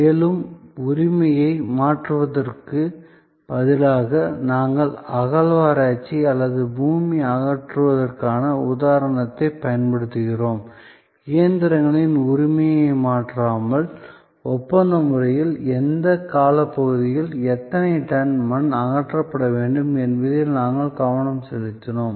மேலும் உரிமையை மாற்றுவதற்குப் பதிலாக நாங்கள் அகழ்வாராய்ச்சி அல்லது பூமியை அகற்றுவதற்கான உதாரணத்தைப் பயன்படுத்துகிறோம் இயந்திரங்களின் உரிமையை மாற்றாமல் ஒப்பந்த முறையில் எந்த காலப்பகுதியில் எத்தனை டன் மண் அகற்றப்பட வேண்டும் என்பதில் நாங்கள் கவனம் செலுத்தினோம்